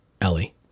Ellie